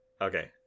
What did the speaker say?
Okay